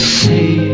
say